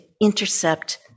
intercept